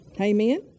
Amen